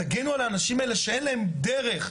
תגנו על האנשים האלה שאין להם דרך,